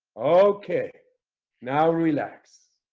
okay now relax